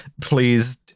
please